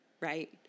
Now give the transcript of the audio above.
right